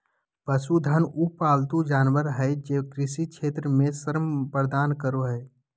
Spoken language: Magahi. पशुधन उ पालतू जानवर हइ जे कृषि क्षेत्र में श्रम प्रदान करो हइ